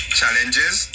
challenges